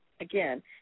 Again